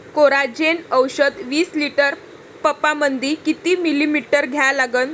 Coragen औषध विस litre पंपामंदी किती मिलीमिटर घ्या लागन?